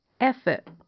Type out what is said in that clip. Effort